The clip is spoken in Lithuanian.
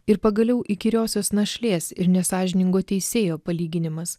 ir pagaliau įkyriosios našlės ir nesąžiningo teisėjo palyginimas